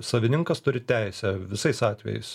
savininkas turi teisę visais atvejais